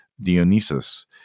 Dionysus